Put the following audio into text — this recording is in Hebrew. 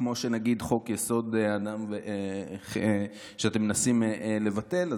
כמו חוק-יסוד שאתם מנסים לבטל,